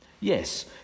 Yes